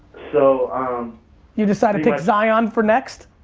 so you decided to pick zion for next?